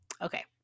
Okay